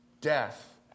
Death